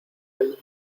algún